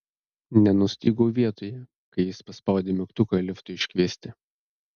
nenustygau vietoje kai jis paspaudė mygtuką liftui iškviesti